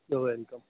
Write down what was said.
your welcome